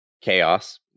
chaos